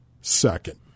second